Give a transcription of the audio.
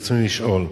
רצוני לשאול: